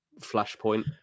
flashpoint